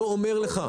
--- אני לא אומר לך.